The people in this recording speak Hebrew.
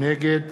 נגד